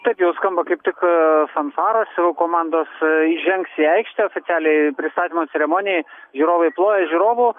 taip jau skamba kaip tik fanfaros jau komandos įžengs į aikštę oficialiai pristatymo ceremonijai žiūrovai ploja žiūrovų